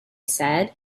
said